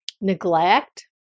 neglect